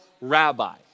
rabbi